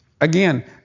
again